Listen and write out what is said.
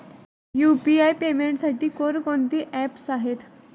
UPI पेमेंटसाठी कोणकोणती apps आहेत?